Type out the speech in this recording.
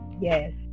Yes